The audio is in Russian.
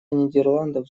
нидерландов